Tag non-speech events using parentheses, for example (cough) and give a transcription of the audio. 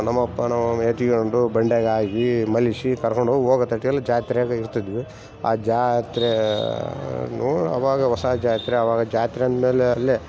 ನಮ್ಮ ಅಪ್ಪ ನಮ್ಮಅಮ್ಮ ಎತ್ತಿಗೆಂಡು ಬಂಡೆಗೆ ಹಾಕಿ ಮಲಗ್ಸಿ ಕರ್ಕೊಂಡೋಗಿ (unintelligible) ಜಾತ್ರೆಗ ಇರ್ತೀದ್ವಿ ಆ ಜಾತ್ರೇ ಅವಾಗ ಹೊಸ ಜಾತ್ರೆ ಆವಾಗ ಜಾತ್ರೆಯಂದ ಮೇಲೆ ಅಲ್ಲೇ